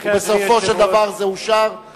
בסופו של דבר זה אושר,